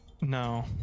No